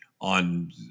on